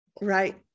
Right